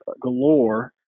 galore